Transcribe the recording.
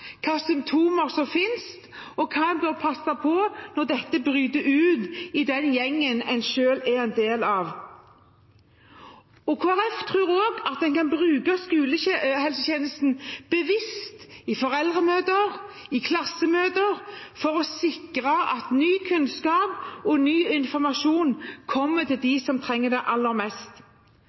hva en bør passe på når dette bryter ut i den gjengen en selv er en del av. Kristelig Folkeparti tror også at en kan bruke skolehelsetjenesten bevisst i foreldremøter og klassemøter for å sikre at ny kunnskap og ny informasjon kommer til dem som trenger det aller mest.